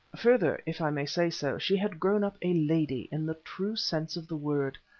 further, if i may say so, she had grown up a lady in the true sense of the word.